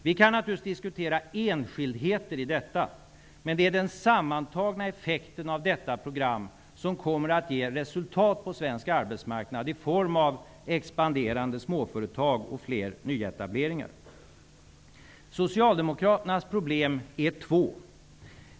Vi kan naturligtvis diskutera enskildheter i detta program, men det är den sammantagna effekten som kommer att ge resultat på svensk arbetsmarknad i form av expanderande småföretag och fler nyetableringar. Socialdemokraternas problem är två.